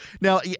Now